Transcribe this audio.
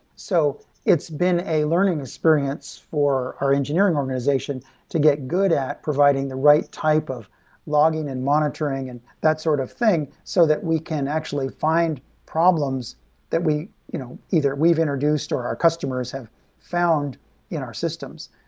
so it's been a learning experience for our engineering organization to get good at providing the right type of logging and monitoring and that sort of thing, so that we can actually find problems that you know either we've introduced or our customers have found in our systems.